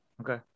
Okay